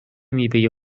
میوه